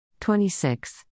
26